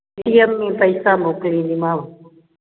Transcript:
Paytm में पइसा मोकिलिंदीमांव